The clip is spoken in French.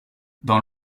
dans